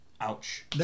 ouch